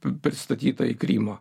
pristatyta į krymą